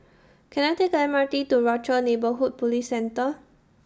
Can I Take The M R T to Rochor Neighborhood Police Centre